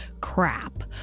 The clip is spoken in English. crap